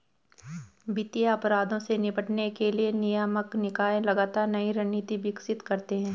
वित्तीय अपराधों से निपटने के लिए नियामक निकाय लगातार नई रणनीति विकसित करते हैं